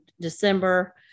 December